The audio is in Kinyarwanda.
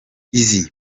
izi